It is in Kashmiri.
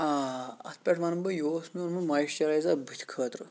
آ اَتھ پٮ۪ٹھ وَنہٕ بہٕ یہِ اوس مےٚ اوٚنمُت مایِسچِرایزَر بٕتھِ خٲطرٕ